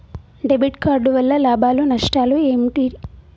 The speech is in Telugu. డెబిట్ కార్డు వల్ల లాభాలు నష్టాలు ఏమిటి?